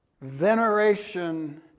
Veneration